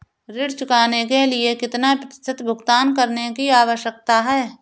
ऋण चुकाने के लिए कितना प्रतिशत भुगतान करने की आवश्यकता है?